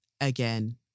again